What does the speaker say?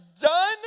done